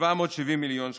ו-770 מיליון שקלים.